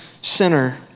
sinner